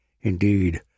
Indeed